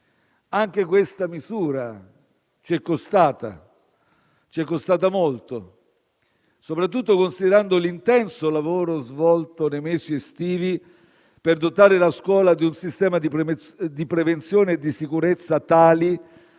Anche questa misura ci è costata molto, soprattutto considerando l'intenso lavoro svolto nei mesi estivi per dotare la scuola di un sistema di prevenzione e di sicurezza tale